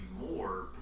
more